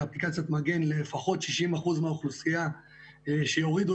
באפליקציית מגן שלפחות 60% מהאוכלוסייה שיורידו